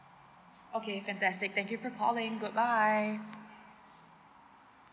okay fantastic thank you for calling good bye